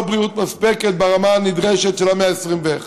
בריאות מספקת ברמה הנדרשת של המאה ה-21.